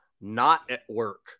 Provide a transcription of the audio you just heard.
not-at-work